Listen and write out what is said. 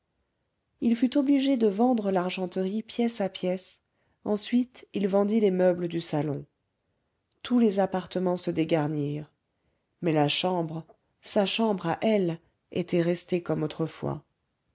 il fut obligé de vendre l'argenterie pièce à pièce ensuite il vendit les meubles du salon tous les appartements se dégarnirent mais la chambre sa chambre à elle était restée comme autrefois